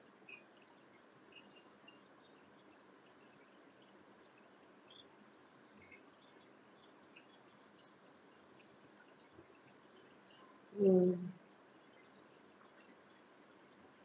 mm